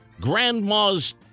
grandma's